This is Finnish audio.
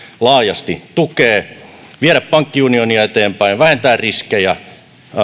laajasti tukee viedä pankkiunionia eteenpäin vähentää riskejä